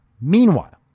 Meanwhile